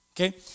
Okay